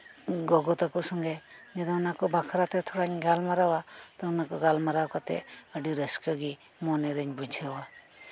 ᱜᱚᱜᱚ ᱛᱟᱠᱚ ᱥᱚᱸᱜᱮ ᱚᱱᱟ ᱠᱚ ᱵᱟᱠᱷᱨᱟ ᱛᱮ ᱛᱷᱚᱲᱟᱧ ᱜᱟᱞᱢᱟᱨᱟᱣᱼᱟ ᱚᱱᱟ ᱠᱚ ᱜᱟᱞᱢᱟᱨᱟᱣ ᱠᱟᱛᱮ ᱟᱹᱰᱤ ᱨᱟᱹᱥᱠᱟᱹ ᱜᱮ ᱢᱚᱱᱮᱨᱤᱧ ᱵᱩᱡᱷᱟᱹᱣᱟ